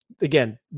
again